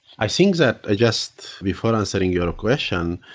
i think that ah just before answering your question,